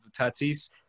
Tatis